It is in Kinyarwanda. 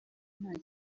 nta